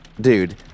Dude